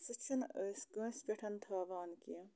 سُہ چھِنہٕ أسۍ کٲنٛسہِ پٮ۪ٹھ تھاوان کیٚنہہ